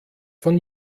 von